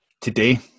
today